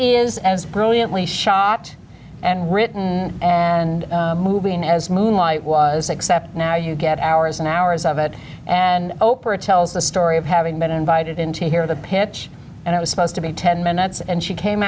is as brilliantly shot and written and moving as moonlight was except now you get hours and hours of it and oprah tells the story of having been invited in to hear the pin and it was supposed to be ten minutes and she came